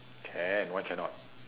can why cannot